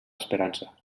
esperança